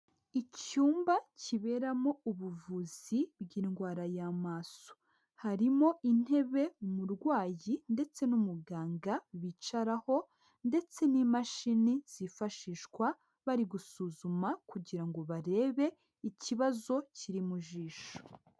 Icyumba kiberamo ubuvuzi bw'indwara y'amaso, harimo intebe umurwayi ndetse n'umuganga bicaraho, ndetse n'imashini zifashishwa bari gusuzuma kugira ngo barebe ikibazo kiri mu jisho.